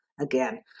again